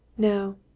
No